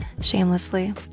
shamelessly